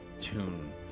tune